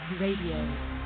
Radio